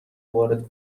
وارد